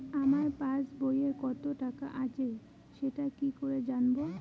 আমার পাসবইয়ে কত টাকা আছে সেটা কি করে জানবো?